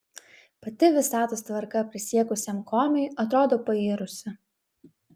pati visatos tvarka prisiekusiam komiui atrodo pairusi